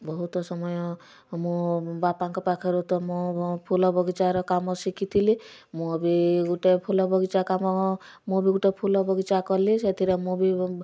ବହୁତ ସମୟ ମୁଁ ବାପାଙ୍କ ପାଖରୁ ତୁମ ଫୁଲ ବଗିଚାର କାମ ଶିଖି ଥିଲି ମୁଁ ବି ଗୋଟେ ଫୁଲ ବଗିଚା କାମ ମୁଁ ବି ଗୋଟେ ଫୁଲ ବଗିଚା କଲି ସେଥିରେ ମୁଁ ବି